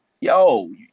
yo